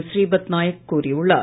ஸ்ரீபத் நாயக் கூறியுள்ளார்